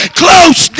close